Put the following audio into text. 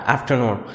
Afternoon